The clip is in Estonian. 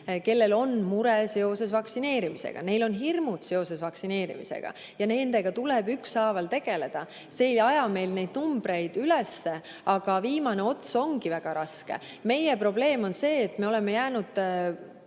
kellel on mure seoses vaktsineerimisega. Neil on hirmud seoses vaktsineerimisega ja nendega tuleb ükshaaval tegeleda. See ei aja meil neid numbreid üles. Viimane ots ongi väga raske. Meie probleem on see, et me oleme jäänud